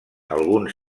alguns